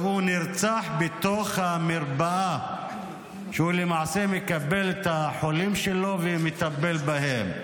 והוא נרצח בתוך המרפאה כשהוא למעשה מקבל את החולים שלו ומטפל בהם.